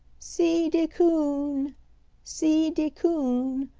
see de coon see de coon!